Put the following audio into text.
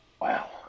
Wow